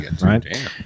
right